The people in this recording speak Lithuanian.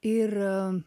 ir a